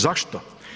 Zašto?